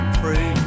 pray